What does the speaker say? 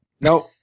Nope